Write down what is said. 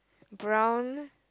brown